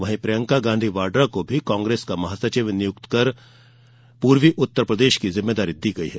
वहीं प्रियंका गांधी वाड्रा को भी कांग्रेस का महासचिव नियुक्त कर पूर्वी उत्तरप्रदेश की जिम्मेदारी दी गयी है